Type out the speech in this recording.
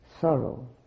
sorrow